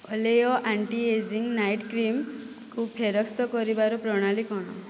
Olay anti aging night କ୍ରିମ୍କୁ ଫେରସ୍ତ କରିବାର ପ୍ରଣାଳୀ କ'ଣ